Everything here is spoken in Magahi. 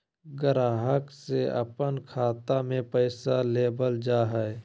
ग्राहक से अपन खाता में पैसा लेबल जा हइ